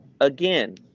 Again